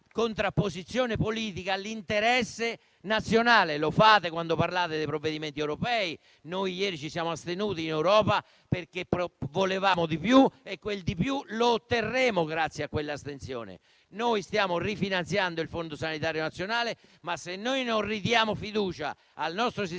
contrapposizione politica l'interesse nazionale. Lo fate quando parlate dei provvedimenti europei. Noi ieri ci siamo astenuti in Europa proprio perché volevamo di più e quel di più lo otterremo grazie a quell'astensione. Stiamo rifinanziando il Fondo sanitario nazionale, ma dobbiamo ridare fiducia al nostro sistema delle professioni,